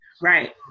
Right